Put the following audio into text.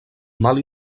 mal